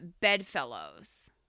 bedfellows